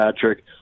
Patrick